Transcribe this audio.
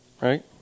right